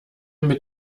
mit